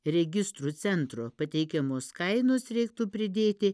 registrų centro pateikiamos kainos reiktų pridėti